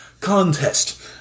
contest